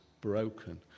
broken